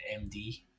MD